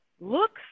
looks